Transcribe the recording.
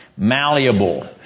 Malleable